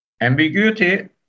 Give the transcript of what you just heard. Ambiguity